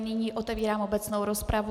Nyní otevírám obecnou rozpravu.